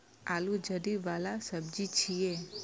आलू जड़ि बला सब्जी छियै